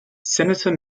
senator